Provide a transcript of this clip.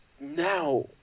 now